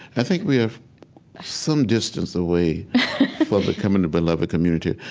i think we have some distance away from becoming the beloved community,